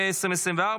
אפס מתנגדים.